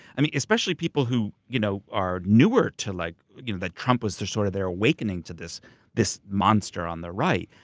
i mean especially people who you know are newer to. like you know that trump was sort of their awakening to this this monster on the right.